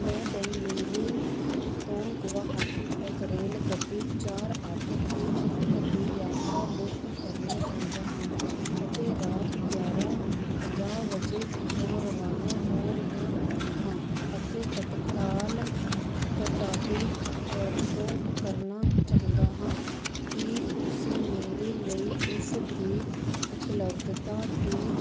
ਮੈਂ ਬੈਂਗਲੁਰੂ ਤੋਂ ਗੁਵਹਾਟੀ ਤੱਕ ਰੇਲਗੱਡੀ ਚਾਰ ਅੱਠ ਤਿੰਨ ਅੱਠ ਦੀ ਯਾਤਰਾ ਬੁੱਕ ਕਰਨਾ ਚਾਹੁੰਦਾ ਹਾਂ ਅਤੇ ਰਾਤ ਗਿਆਰਾਂ ਪੰਜਾਹ ਵਜੇ ਤੋਂ ਰਵਾਨਾ ਹੋ ਰਿਹਾ ਹਾਂ ਅਤੇ ਤਤਕਾਲ ਕੋਟਾ ਦੀ ਵਰਤੋਂ ਕਰਨਾ ਚਾਹੁੰਦਾ ਹਾਂ ਕੀ ਤੁਸੀਂ ਮੇਰੇ ਲਈ ਇਸ ਦੀ ਉਪਲੱਬਧਤਾ ਦੀ